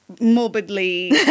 morbidly